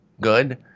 good